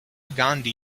gandhi